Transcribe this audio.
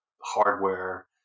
hardware